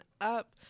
up